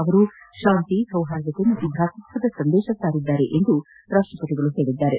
ಅವರು ಶಾಂತಿ ಸೌಹಾರ್ದ ಮತ್ತು ಭಾತೃಕ್ಷದ ಸಂದೇಶ ಸಾರಿದ್ದಾರೆ ಎಂದು ತಿಳಿಸಿದ್ದಾರೆ